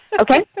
Okay